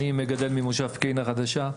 אני מגדל ממושב פקיעין החדשה.